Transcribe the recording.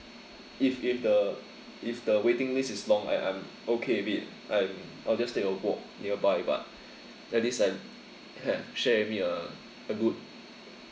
if if the if the waiting list is long I I'm okay with it I'm I'll just take a walk nearby but like this I h~ share with me a a good